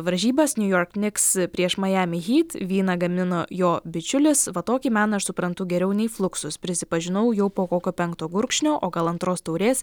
varžybas niujork niks prieš majami hyt vyną gamino jo bičiulis va tokį meną aš suprantu geriau nei fluksus prisipažinau jau po kokio penkto gurkšnio o gal antros taurės